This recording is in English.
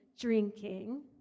drinking